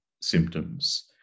symptoms